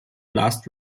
last